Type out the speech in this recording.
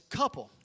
couple